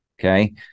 Okay